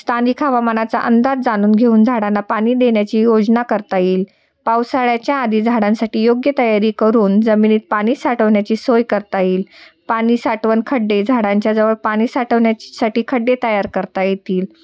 स्थानिक हवामानाचा अंदाज जाणून घेऊन झाडांना पाणी देण्याची योजना करता येईल पावसाळ्याच्या आधी झाडांसाठी योग्य तयारी करून जमिनीत पाणी साठवण्याची सोय करता येईल पाणी साठवण खड्डे झाडांच्याजवळ पाणी साठवण्याचेसाठी खड्डे तयार करता येतील